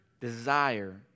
desire